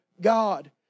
God